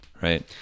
right